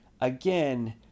again